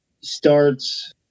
starts